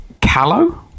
Callow